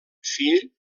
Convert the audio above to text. fill